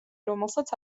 რომელსაც